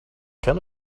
kind